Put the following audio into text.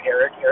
Eric